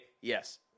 yes